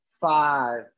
five